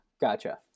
Gotcha